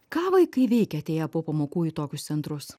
ką vaikai veikia atėję po pamokų į tokius centrus